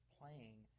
playing